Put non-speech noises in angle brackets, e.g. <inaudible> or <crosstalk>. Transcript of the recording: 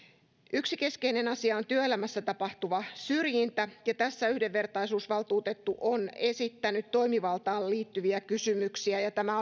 yksi keskeinen asia on työelämässä tapahtuva syrjintä ja tässä yhdenvertaisuusvaltuutettu on esittänyt toimivaltaan liittyviä kysymyksiä tämä <unintelligible>